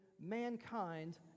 mankind